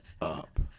up